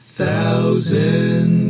thousand